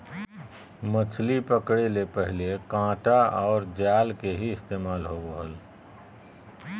मछली पकड़े ले पहले कांटा आर जाल के ही इस्तेमाल होवो हल